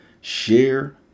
share